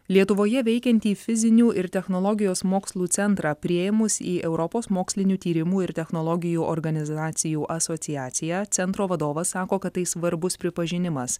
lietuvoje veikiantį fizinių ir technologijos mokslų centrą priėmus į europos mokslinių tyrimų ir technologijų organizacijų asociaciją centro vadovas sako kad tai svarbus pripažinimas